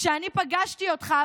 כשאני פגשתי אותך,